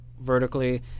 vertically